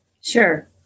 Sure